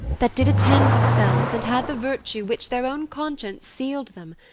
that did attend themselves, and had the virtue which their own conscience seal'd them,